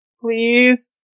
Please